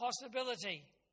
possibility